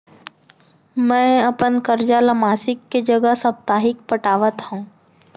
मै अपन कर्जा ला मासिक के जगह साप्ताहिक पटावत हव